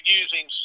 using